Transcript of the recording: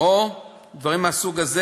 או דברים מהסוג הזה.